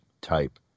type